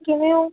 ਕਿਵੇਂ ਹੋ